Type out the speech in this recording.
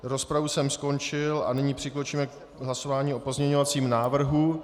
Rozpravu jsem skončil a nyní přikročíme k hlasování o pozměňovacím návrhu.